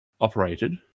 operated